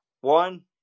One